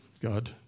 God